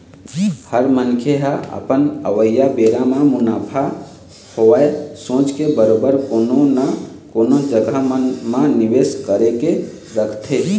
हर मनखे ह अपन अवइया बेरा म मुनाफा होवय सोच के बरोबर कोनो न कोनो जघा मन म निवेस करके रखथे